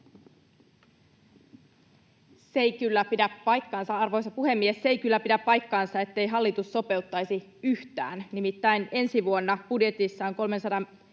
— Edustaja Kemppi. Arvoisa puhemies! Se ei kyllä pidä paikkaansa, ettei hallitus sopeuttaisi yhtään. Nimittäin ensi vuonna budjetissa on 370